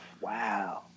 Wow